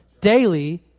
daily